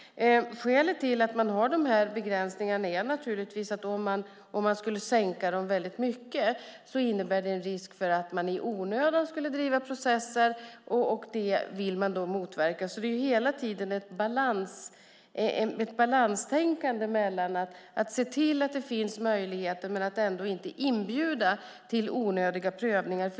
Skälet till att vi har dessa begränsningar är att om vi skulle sänka dem väldigt mycket innebär det en risk för att människor i onödan skulle driva processer. Det vill man motverka. Det är hela tiden ett balanstänkande. Det gäller att se till att det finns möjligheter men ändå inte inbjuda till onödiga prövningar.